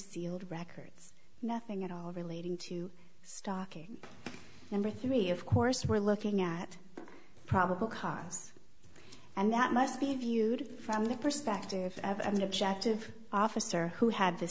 sealed records nothing at all relating to stocking and with me of course we're looking at probable cause and that must be viewed from the perspective of an objective officer who had the